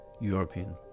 European